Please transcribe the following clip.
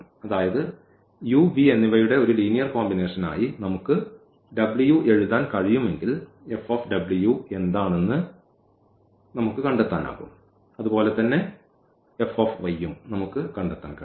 അതായത് ഈ u v എന്നിവയുടെ ഒരു ലീനിയർ കോമ്പിനേഷനായി നമുക്ക് ഈ w എഴുതാൻ കഴിയുമെങ്കിൽ F എന്താണെന്ന് നമുക്ക് കണ്ടെത്താനാകും അതുപോലെ തന്നെ F യും നമുക്ക് കണ്ടെത്താൻ കഴിയും